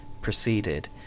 proceeded